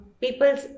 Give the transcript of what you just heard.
people's